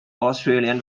australian